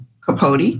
Capote